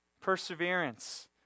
perseverance